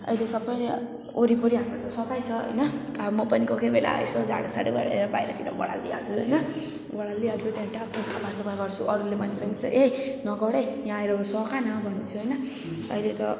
अहिले सबैले वरिपरि हाम्रो त सफै छ होइन म पनि को कोही बेला यसो झाडू साडू गरेर बाहिरतिर बढारदिइहाल्छु होइन बढारदिइहाल्छु त्यहाँदेखि टक्कै सफा सफा गर्छु अरूले भनेपछि चाहिँ ए नगर है यहाँ आएर सघा न भन्छु होइन अहिले त